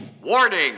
Warning